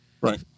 Right